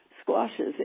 Squashes